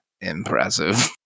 impressive